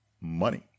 money